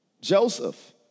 Joseph